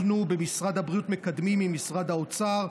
במשרד הבריאות מקדמים עם משרד האוצר.